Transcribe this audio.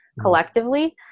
collectively